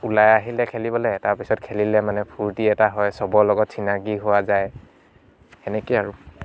ওলাই আহিলে খেলিবলৈ তাৰ পিছত খেলিলে মানে ফূৰ্তি এটা হয় চবৰে লগত চিনাকি হোৱা যায় সেনেকৈ আৰু